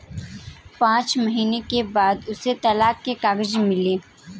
पांच महीने के बाद उसे तलाक के कागज मिले